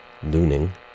Looning